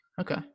Okay